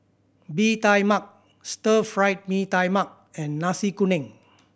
Bee Tai Mak Stir Fried Mee Tai Mak and Nasi Kuning